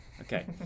Okay